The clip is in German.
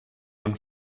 und